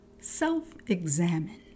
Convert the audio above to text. self-examine